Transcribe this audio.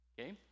okay